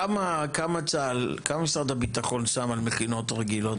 כמה צה"ל, כמה משרד הביטחון שם על מכינות רגילות?